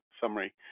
summary